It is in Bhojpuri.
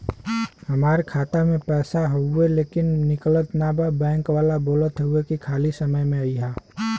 हमार खाता में पैसा हवुवे लेकिन निकलत ना बा बैंक वाला बोलत हऊवे की खाली समय में अईहा